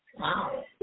Wow